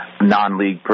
non-league